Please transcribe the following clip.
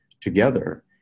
together